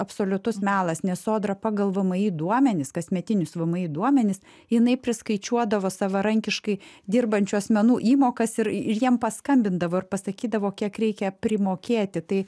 absoliutus melas nes sodra pagal mvi duomenis kasmetinius vmi duomenis jinai priskaičiuodavo savarankiškai dirbančių asmenų įmokas ir jiem paskambindavo ir pasakydavo kiek reikia primokėti tai